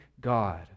God